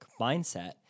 mindset